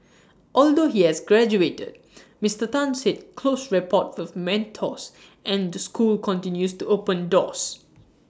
although he has graduated Mister Tan said close rapport with mentors and the school continues to open doors